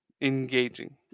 engaging